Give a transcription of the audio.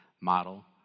model